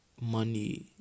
money